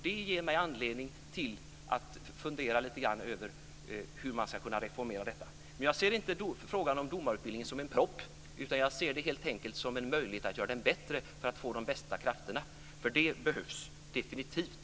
Det ger mig anledning att fundera lite grann hur man skulle kunna reformera detta. Jag ser inte domarutbildningen som en propp utan som en möjlighet, om vi kan göra den bättre för att få de bästa krafterna dit. Det behövs definitivt.